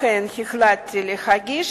לכן החלטתי להגיש,